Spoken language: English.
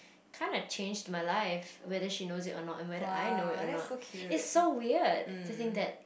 kinda changed my life whether she knows it or not and whether I know it or not it's so weird to think that